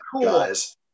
guys